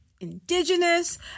indigenous